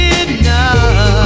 enough